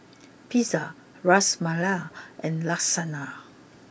Pizza Ras Malai and Lasagna